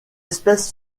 espèce